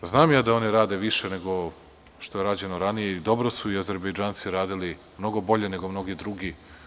Znam ja da oni rade više nego što je rađeno ranije i dobro su i Azerbejdžanci radili, mnogo bolje nego mnogi drugi.